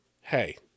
Hey